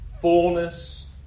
fullness